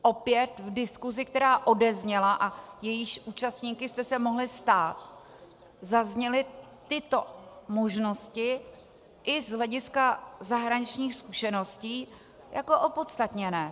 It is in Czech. Opět v diskusi, která odezněla a jejímiž účastníky jste se mohli stát, zazněly tyto možnosti i z hlediska zahraničních zkušeností jako opodstatněné.